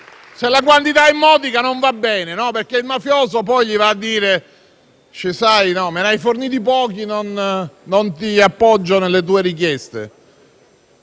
se la quantità è modica, non va bene, perché il mafioso gli va a dire che, avendone forniti pochi, non lo appoggia nelle richieste.